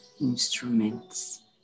instruments